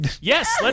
Yes